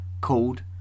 called